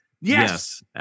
Yes